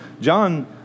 John